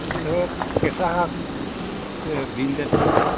এতিয়া ধৰক কেঁচা শাক বীন জাতীয়